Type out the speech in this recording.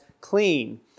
clean